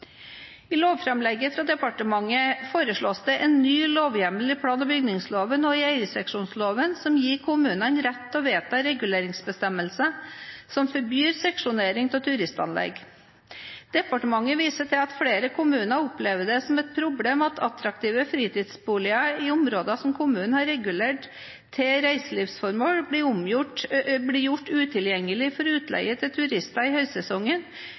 I lovframlegget fra departementet foreslås det en ny lovhjemmel i plan- og bygningsloven og i eierseksjonsloven som gir kommunene rett til å vedta reguleringsbestemmelser som forbyr seksjonering av turistanlegg. Departementet viser til at flere kommuner opplever det som et problem at attraktive fritidsboliger i områder som kommunene har regulert til reiselivsformål, blir gjort utilgjengelige for utleie til turister i høysesongen